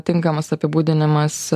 tinkamas apibūdinimas